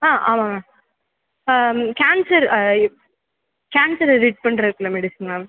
ஆ ஆமாம் ma'am cancer cancer reduce பண்ணுறதுக்குள்ள medicine ma'am